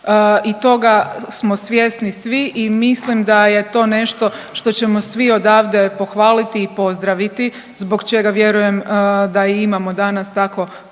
i toga smo svjesni svi i mislim da je to nešto što ćemo svi odavde pohvaliti i pozdraviti, zbog čega vjerujem da i imamo danas tako konstruktivnu